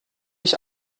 ich